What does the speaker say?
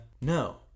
No